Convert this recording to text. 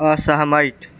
असहमति